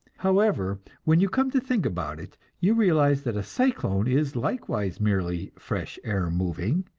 however, when you come to think about it, you realize that a cyclone is likewise merely fresh air moving,